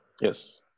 Yes